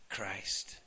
Christ